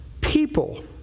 people